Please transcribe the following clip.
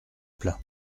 plein